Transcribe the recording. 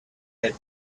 had